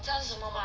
你知道什么 mah